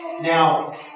Now